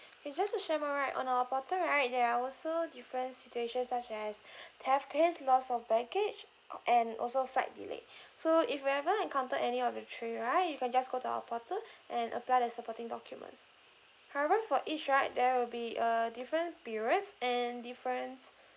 it's just to share more right on our portal right there are also different situation such as theft case loss of baggage and also flight delay so if you ever encounter any of the three right you can just go to our portal and apply the supporting documents however for each right there will be a different periods and different